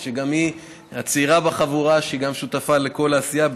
שהיא הצעירה שבחבורה וגם היא שותפה לכל העשייה.